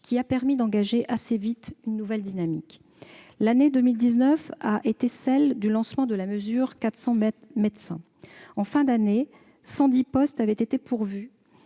qui a permis d'engager assez vite une nouvelle dynamique. L'année 2019 a été celle du lancement de la mesure « 400 médecins ». En fin d'année, 110 postes avaient été pourvus